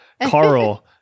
Carl